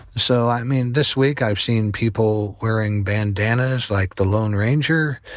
so, i mean this week i've seen people wearing bandannas, like the lone ranger.